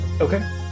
Okay